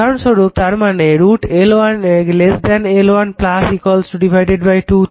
উদাহরণস্বরূপ তার মানে √ L1 L1 2